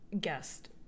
guest